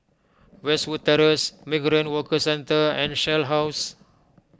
Westwood Terrace Migrant Workers Centre and Shell House